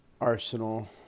Arsenal